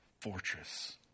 fortress